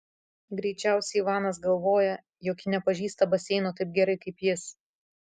greičiausiai ivanas galvoja jog ji nepažįsta baseino taip gerai kaip jis